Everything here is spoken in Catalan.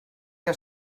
que